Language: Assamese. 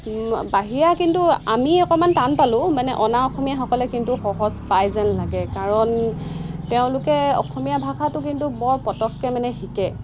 বাহিৰা কিন্তু আমি অকণমান টান পালেও মানে অনাঅসমীয়াসকলে কিন্তু সহজ পায় যেন লাগে কাৰণ তেওঁলোকে অসমীয়া ভাষাটো কিন্তু বৰ পটককৈ মানে শিকে